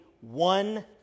one